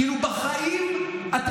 כאילו בחיים אתם לא תרדו מהשלטון.